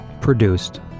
produced